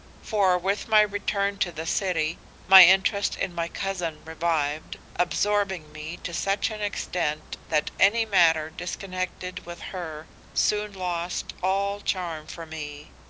for with my return to the city my interest in my cousin revived, absorbing me to such an extent that any matter disconnected with her soon lost all charm for me.